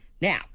now